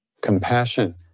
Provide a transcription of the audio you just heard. Compassion